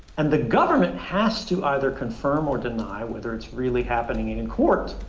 and the government has to either confirm or deny whether it's really happening in in court.